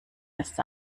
ist